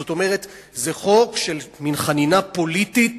זאת אומרת, זה חוק של מין חנינה פוליטית